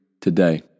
today